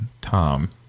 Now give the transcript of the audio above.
tom